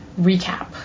recap